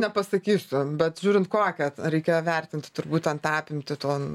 nepasakysiu bet žiūrint kokią reikia vertinti turbūt ten tą apimtį to